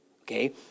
Okay